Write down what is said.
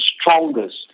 strongest